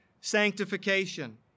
sanctification